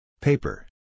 Paper